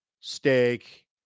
steak